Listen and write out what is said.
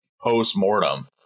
post-mortem